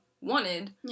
wanted